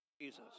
Jesus